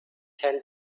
ten